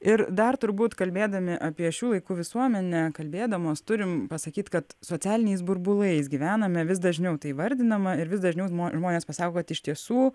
ir dar turbūt kalbėdami apie šių laikų visuomenę kalbėdamos turim pasakyt kad socialiniais burbulais gyvename vis dažniau tai įvardinama ir vis dažniau žmonės pasako kad iš tiesų